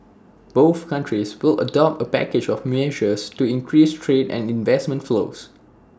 both countries will adopt A package of measures to increase trade and investment flows